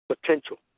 potential